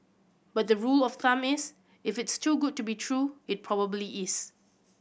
but the rule of climb is if it's too good to be true it probably is